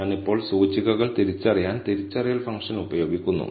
ഞാൻ ഇപ്പോൾ സൂചികകൾ തിരിച്ചറിയാൻ തിരിച്ചറിയൽ ഫംഗ്ഷൻ ഉപയോഗിക്കുന്നു